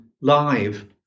live